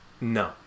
No